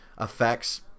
effects